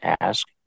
ask